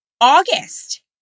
August